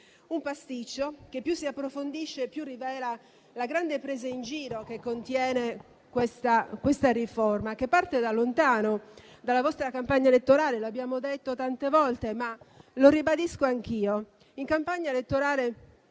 Un pasticcio che più si approfondisce e più rivela la grande presa in giro che contiene questa riforma, che parte da lontano, dalla vostra campagna elettorale, come abbiamo detto tante volte, ma lo ribadisco anch'io. In campagna elettorale